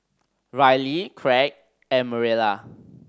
Ryley Kraig and Mariela